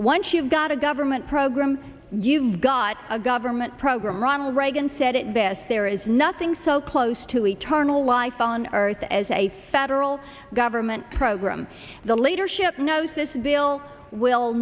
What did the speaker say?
once you've got a government program you've got a government program ronald reagan said it best there is nothing so close to eternal life on earth as a federal government program the leadership knows this bill will